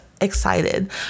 excited